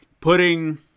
putting